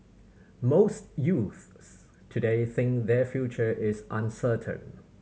most youths today think their future is uncertain